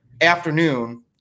afternoon